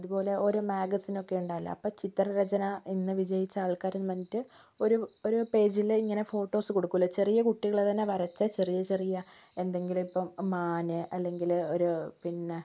അതുപോലെ ഓരോ മേഗസിനൊക്കെ ഉണ്ടാകില്ലേ അപ്പോൾ ചിത്രരചന ഇന്ന് വിജയിച്ച ആൾക്കാരെന്ന് പറഞ്ഞിട്ട് ഒരു ഒരു പേജിൽ ഇങ്ങനെ ഫോട്ടോസ് കൊടുക്കില്ലെ ചെറിയ കുട്ടികൾ തന്നെ വരച്ച ചെറിയ ചെറിയ എന്തെങ്കിലും ഇപ്പോൾ മാൻ അല്ലെങ്കിൽ ഒരു പിന്നെ